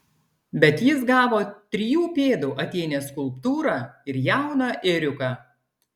bet jis gavo trijų pėdų atėnės skulptūrą ir jauną ėriuką